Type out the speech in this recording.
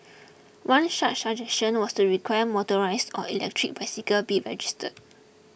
one such suggestion was to require motorised or electric bicycle be registered